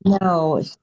No